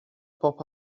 pop